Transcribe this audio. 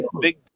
Big